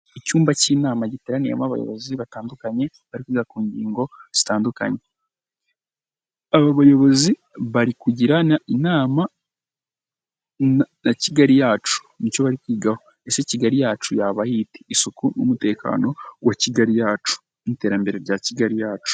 icyumba cy'inama giteraniyemo abayobozi batandukanye bari ku ngingo zitandukanye, aba bayobozi bari kugirana inama na kigali yacu micyo bari kwiga. Ese Kigali yacu yaba yita ku isuku n'umutekano wa Kigali yacu n' iterambere rya Kigali yacu.